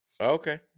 Okay